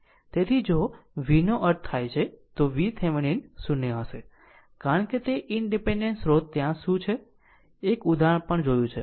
તેથી જો V નો અર્થ થાય છે તો VThevenin 0 હશે કારણ કે તે ઇનડીપેન્ડેન્ટ સ્રોત ત્યાં શું છે એક ઉદાહરણ પણ જોયું છે